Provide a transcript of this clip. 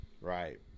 Right